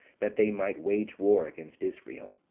that they might wage war against israel